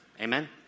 Amen